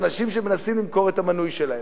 מנסים למכור את המנוי שלהם.